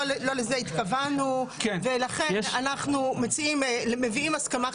לא לזה התכוונו ולכן אנחנו מביאים הסכמה חדשה'.